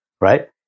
right